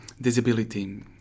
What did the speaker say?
disability